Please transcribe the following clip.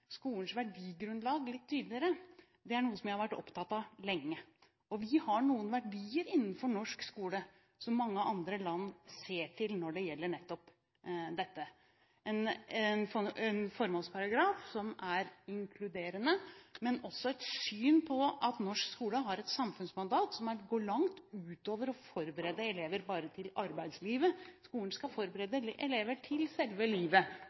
lenge. Vi har noen verdier innenfor norsk skole som mange andre land ser til når det gjelder nettopp dette: en formålsparagraf som er inkluderende, men også et syn på at norsk skole har et samfunnsmandat som går langt ut over å forberede elever bare til arbeidslivet. Skolen skal forberede elever til selve livet